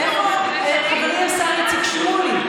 זה בממשלתי.